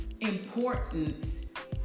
importance